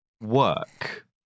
work